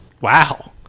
Wow